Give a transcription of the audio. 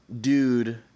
dude